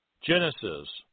Genesis